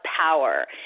power